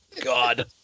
God